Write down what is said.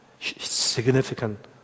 significant